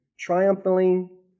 triumphing